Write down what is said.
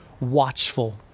watchful